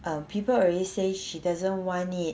um people already she doesn't want it